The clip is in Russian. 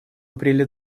апреле